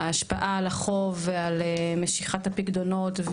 ההשפעה על החוב ומשיכת הפיקדונות,